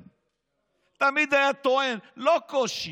תמיד היה טוען: לא קושי,